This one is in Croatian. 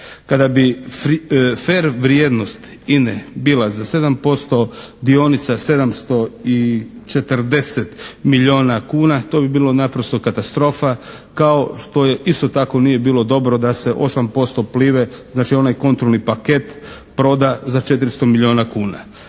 Kada bi fer vrijednost INA-e bila za 7% dionica 740 milijuna kuna, to bi bilo naprosto katastrofa kao što je isto tako nije bilo dobro da se 8% "Plive", znači onaj kontrolni paket, proda za 400 milijuna kuna.